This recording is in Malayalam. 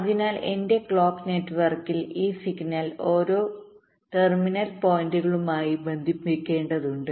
അതിനാൽ എന്റെ ക്ലോക്ക് നെറ്റ്വർക്കിൽ ഈ സിഗ്നൽ ഈ ഓരോ ടെർമിനൽ പോയിന്റുകളുമായിബന്ധിപ്പിക്കേണ്ടതുണ്ട്